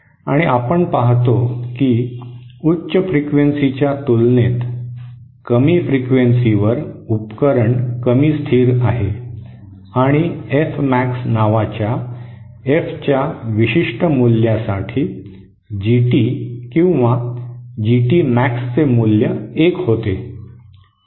आणि आपण पाहतो की उच्च फ्रिक्वेन्सीच्या तुलनेत कमी फ्रिक्वेन्सीवर उपकरण कमी स्थिर आहे आणि एफ मॅक्स नावाच्या एफच्या विशिष्ट मूल्यासाठी जीटी किंवा जीटी मॅक्सचे मूल्य एक होते